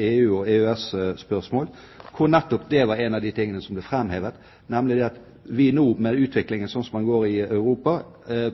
EU- og EØS-spørsmål, hvor nettopp noe av det som ble framhevet, var at vi i Norden, med utviklingen slik den går i Europa,